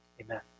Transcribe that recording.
Amen